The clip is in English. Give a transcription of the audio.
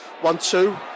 one-two